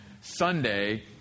Sunday